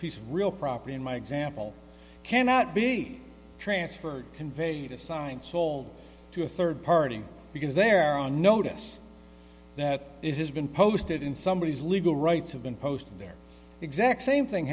piece of real property in my example cannot be transferred conveyed a sign and sold to a third party because they're on notice that it has been posted in somebodies legal rights have been posted their exact same thing